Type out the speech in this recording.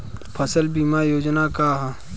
फसल बीमा योजना का ह?